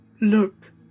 Look